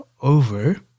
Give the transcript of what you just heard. over